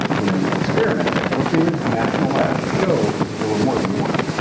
when an experiment at brookhaven national lab showed that there were more than one.